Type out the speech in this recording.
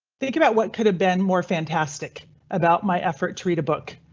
think about what could have been more fantastic about my effort to read a book.